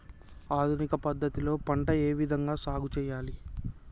ఆధునిక పద్ధతి లో పంట ఏ విధంగా సాగు చేయాలి?